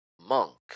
monk